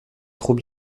trop